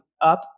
up